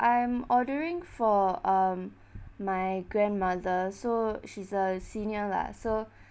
I am ordering for um my grandmother so she's a senior lah so